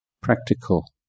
practical